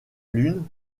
lune